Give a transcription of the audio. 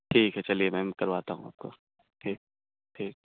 ٹھیک ہے چلیے میم کرواتا ہوں آپ کو ٹھیک ٹھیک